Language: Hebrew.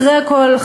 אחרי הכול,